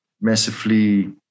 massively